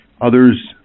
Others